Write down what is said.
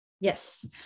Yes